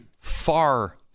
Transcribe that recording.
far